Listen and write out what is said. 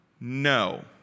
No